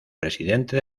presidente